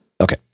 Okay